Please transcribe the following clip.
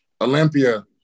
Olympia